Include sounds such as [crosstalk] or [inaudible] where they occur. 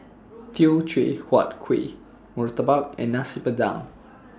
[noise] Teochew Huat Kuih Murtabak and Nasi Padang